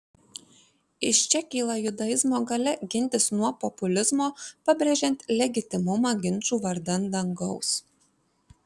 iš čia kyla judaizmo galia gintis nuo populizmo pabrėžiant legitimumą ginčų vardan dangaus